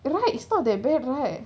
right it's not that bad right